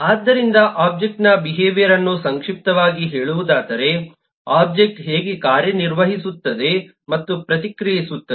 ಆದ್ದರಿಂದ ಒಬ್ಜೆಕ್ಟ್ನ ಬಿಹೇವಿಯರ್ಯನ್ನು ಸಂಕ್ಷಿಪ್ತವಾಗಿ ಹೇಳುವುದಾದರೆ ಒಬ್ಜೆಕ್ಟ್ ಹೇಗೆ ಕಾರ್ಯನಿರ್ವಹಿಸುತ್ತದೆ ಮತ್ತು ಪ್ರತಿಕ್ರಿಯಿಸುತ್ತದೆ